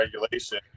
regulation